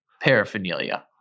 paraphernalia